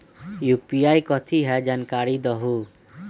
UPI कथी है? जानकारी दहु